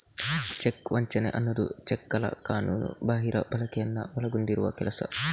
check ವಂಚನೆ ಅನ್ನುದು ಚೆಕ್ಗಳ ಕಾನೂನುಬಾಹಿರ ಬಳಕೆಯನ್ನ ಒಳಗೊಂಡಿರುವ ಕೆಲಸ